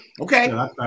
Okay